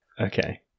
okay